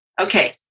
Okay